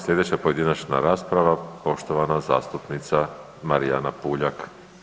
Sljedeća pojedinačna rasprava poštovana zastupnica Marijana Puljak.